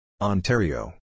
Ontario